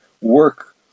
work